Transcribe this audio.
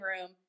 room